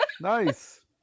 Nice